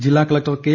ജില്ലാ collector K